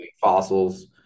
fossils